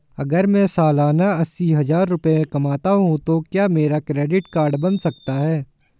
अगर मैं सालाना अस्सी हज़ार रुपये कमाता हूं तो क्या मेरा क्रेडिट कार्ड बन सकता है?